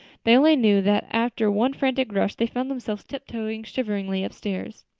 they only knew that after one frantic rush they found themselves tiptoeing shiveringly upstairs.